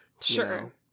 sure